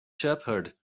shepherd